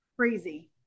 crazy